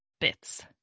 bits